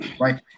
right